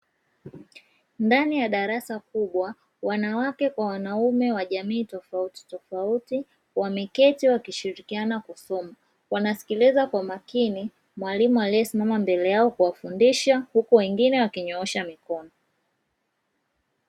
Ndani ya darasa kubwa, wanawake kwa wanaume wa jamii tofauti tofauti, wameketi wakishirikiana kusoma, wanasikiliza kwa makini mwalimu aliyesimama mbele yao kuwafundisha, huku wengine wakinyoosha mikono.